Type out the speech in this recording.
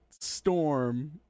storm